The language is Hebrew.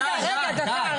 רגע, דקה.